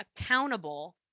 accountable